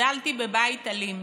שלוש.